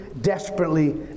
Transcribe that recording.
desperately